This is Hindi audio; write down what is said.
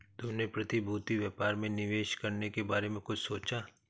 तुमने प्रतिभूति व्यापार में निवेश करने के बारे में कुछ सोचा?